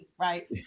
Right